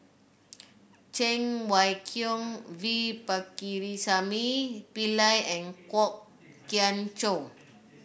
Cheng Wai Keung V Pakirisamy Pillai and Kwok Kian Chow